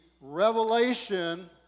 revelation